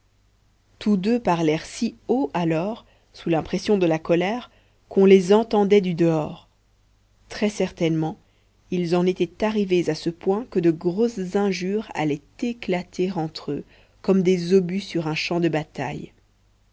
tous deux parlèrent si haut alors sous l'impression de la colère qu'on les entendait du dehors très certainement ils en étaient arrivés à ce point que de grosses injures allaient éclater entre eux comme des obus sur un champ de bataille